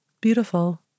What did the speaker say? Beautiful